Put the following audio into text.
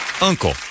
Uncle